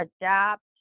adapt